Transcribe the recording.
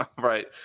right